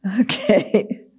Okay